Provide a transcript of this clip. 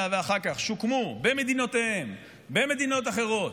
שוקמו במדינותיהם ובמדינות אחרות.